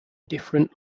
different